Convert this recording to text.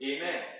Amen